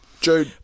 Joe